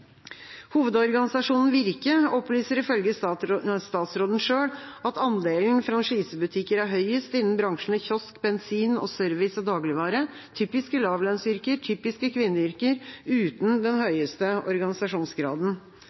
Hovedorganisasjonen Virke opplyser ifølge statsråden selv at andelen franchisebutikker er høyest innen bransjene kiosk, bensin, service og dagligvare – typiske lavlønnsyrker, typiske kvinneyrker, uten den høyeste organisasjonsgraden.